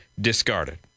discarded